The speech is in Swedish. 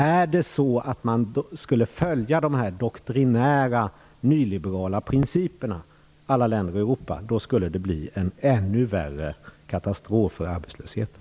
Är det så att man skulle följa dessa doktrinära nyliberala principerna i alla länder i Europa, skulle det bli en ännu värre katastrof när det gäller arbetslösheten.